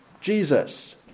Jesus